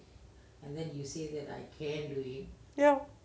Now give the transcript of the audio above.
mm ya